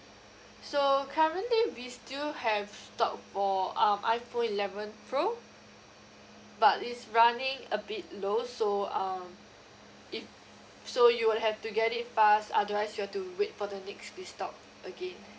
so currently we still have stock for uh iphone eleven pro but it's running a bit low so um if so you will have to get it fast otherwise you have to wait for the next restock again